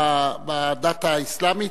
בדת האסלאמית?